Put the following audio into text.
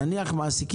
נניח מעסיקים אותו.